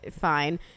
fine